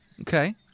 Okay